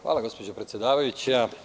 Hvala gospođo predsedavajuća.